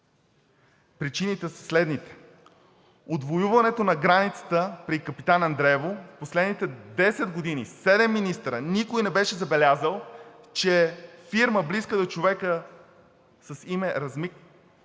причините са следните: отвоюването на границата при Капитан Андреево в последните 10 години – седем министри, никой не беше забелязал, че фирма, близка до човека с име Разми